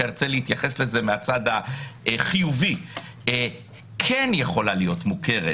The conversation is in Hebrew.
ארצה להתייחס לזה מהצד החיובי כן יכולה להיות מוכרת